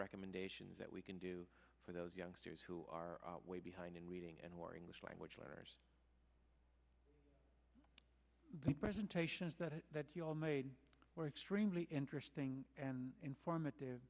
recommendations that we can do for those youngsters who are way behind in reading and who are english language learners the presentations that you all made were extremely interesting and informative